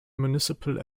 municipal